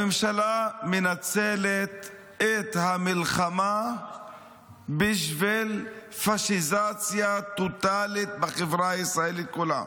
הממשלה מנצלת את המלחמה בשביל פשיזציה טוטאלית בחברה הישראלית כולה.